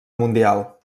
mundial